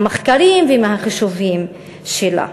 מהמחקרים ומהחישובים שלה.